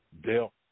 dealt